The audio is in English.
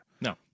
No